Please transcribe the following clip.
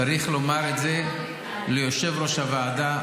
צריך לומר את זה ליושב-ראש הוועדה.